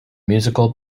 musical